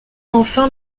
enfin